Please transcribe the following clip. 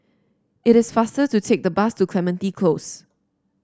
it is faster to take the bus to Clementi Close